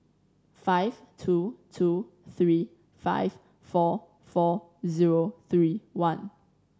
five two two three five four four zero three one